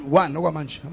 one